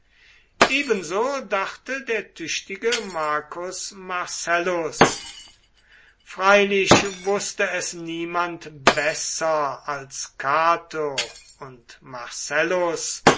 ebenso dachte der tüchtige marcus marcellus freilich wußte es niemand besser als cato und marcellus